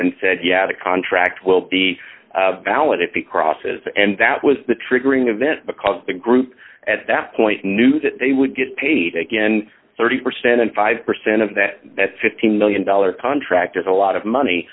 and said yeah the contract will be valid if he crosses and that was the triggering event because the group at that point knew that they would get paid again thirty percent and five percent of that fifty million dollars contract is a lot of money